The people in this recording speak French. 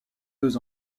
deux